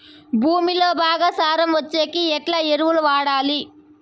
భూమిలో బాగా సారం వచ్చేకి ఎట్లా ఎరువులు వాడాలి?